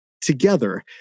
together